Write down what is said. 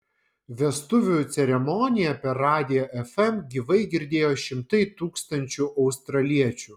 vestuvių ceremoniją per radiją fm gyvai girdėjo šimtai tūkstančių australiečių